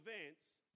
events